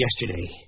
yesterday